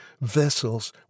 vessels